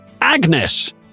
Agnes